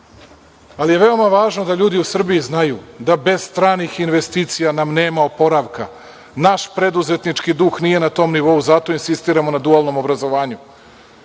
je važno da ljudi u Srbiji znaju da nam bez stranih investicija nema oporavka. Naš preduzetnički duh nije na tom nivou i zato insistiramo na dualnom obrazovanju,